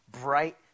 bright